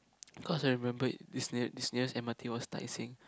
cause I remember it's it's nearest m_r_t was Tai Seng